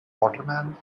waterman